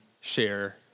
share